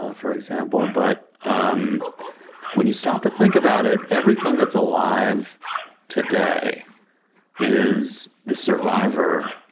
ah for example. but um when you stop to think about it, everything that's alive today is the survivor